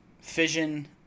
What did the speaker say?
Fission